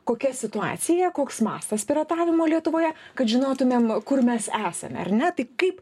kokia situacija koks mastas piratavimo lietuvoje kad žinotumėm kur mes esame ar ne tai kaip